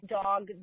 dog